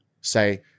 say